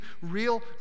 real